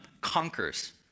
conquers